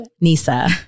nisa